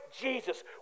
Jesus